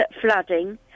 flooding